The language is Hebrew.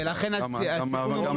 ולכן הסיכון הוא